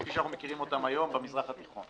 כפי שאנחנו מכירים אותם היום, במזרח התיכון.